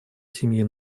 семьи